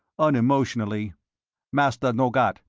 unemotionally master no got,